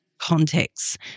Contexts